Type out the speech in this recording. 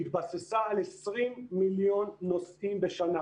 התבססה על 20 מיליון נוסעים בשנה.